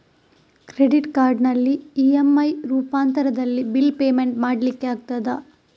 Credit ಕಾರ್ಡಿನಲ್ಲಿ EMI ರೂಪಾಂತರದಲ್ಲಿ bill payment ಮಾಡ್ಲಿಕ್ಕೆ ಆಗ್ತದ?